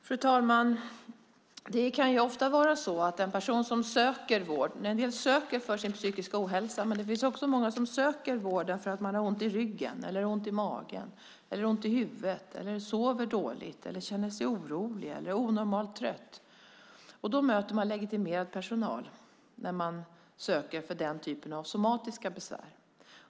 Fru talman! En del personer söker vård för sin psykiska ohälsa. Men det finns också många som söker vård därför att de har ont i ryggen, ont i magen, ont i huvudet, sover dåligt, känner sig oroliga eller onormalt trötta. När man söker för den typen av somatiska besvär möter man legitimerad personal.